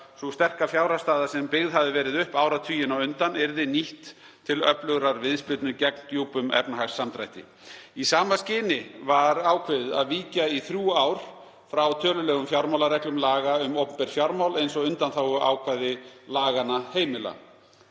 sú sterka fjárhagsstaða sem byggð hafði verið upp áratuginn á undan yrði nýtt til öflugrar viðspyrnu gegn djúpum efnahagssamdrætti. Í sama skyni var ákveðið að víkja í þrjú ár frá tölulegum fjármálareglum laga um opinber fjármál, eins og undanþáguákvæði laganna heimila.